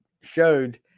showed